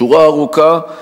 שורה ארוכה,